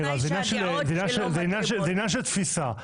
זה עניין של תפיסה.